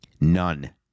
None